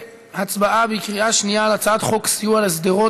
להצבעה בקריאה שנייה על הצעת חוק סיוע לשדרות